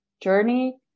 journey